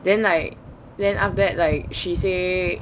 then like then after that like she say